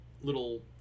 little